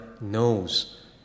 knows